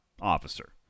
officer